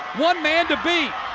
one man to beat.